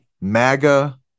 MAGA